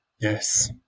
Yes